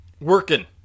working